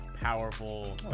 powerful